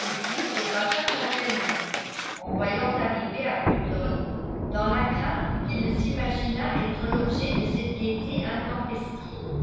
et puis se fâcha contre elle-même en voyant arriver arbuton dans la crainte qu'il ne s'imaginât être l'objet de cette gaîté intempestive